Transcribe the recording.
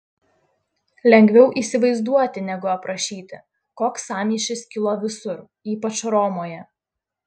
lengviau įsivaizduoti negu aprašyti koks sąmyšis kilo visur ypač romoje